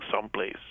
someplace